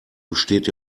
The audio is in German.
besteht